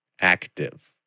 active